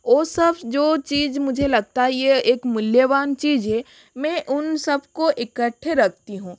ओ सब जो चीज मुझे लगता है ये एक मूल्यवान चीज है मै उन सब को इकठ्ठे रखती हूँ